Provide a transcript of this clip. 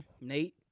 Nate